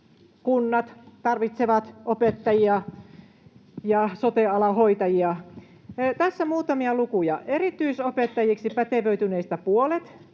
kunnat tarvitsevat opettajia ja sote-ala hoitajia. Tässä muutamia lukuja: erityisopettajiksi pätevöityneistä puolet